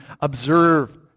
observe